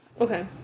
Okay